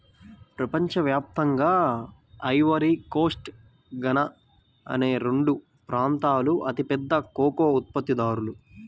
ప్రపంచ వ్యాప్తంగా Ivory Coast, Ghana అనే రెండు ప్రాంతాలూ అతిపెద్ద కోకో ఉత్పత్తిదారులు